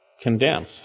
condemned